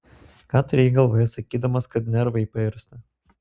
ką turėjai galvoje sakydamas kad nervai pairsta